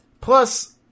Plus